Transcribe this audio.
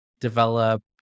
develop